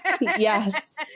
yes